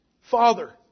Father